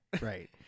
Right